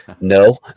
No